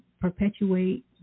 perpetuate